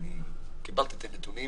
קיבלתי את הנתונים.